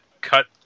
cut